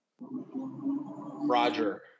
Roger